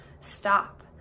stop